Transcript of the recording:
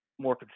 more